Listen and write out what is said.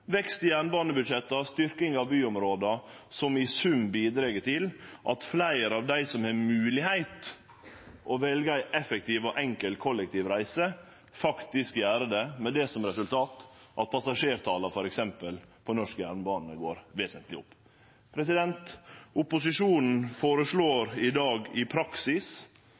vekst i jernbanebudsjettet og styrking av byområda, noko som i sum bidreg til at fleire av dei som har moglegheit til å velje ei effektiv og enkel kollektivreise, faktisk gjer det, med det som resultat at passasjertala, f.eks. på norsk jernbane, går vesentleg opp. Opposisjonen føreslår i dag i praksis